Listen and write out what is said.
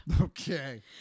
Okay